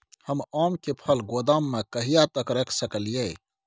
हम आम के फल गोदाम में कहिया तक रख सकलियै?